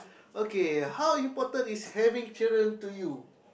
okay how important is having children to you